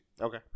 Okay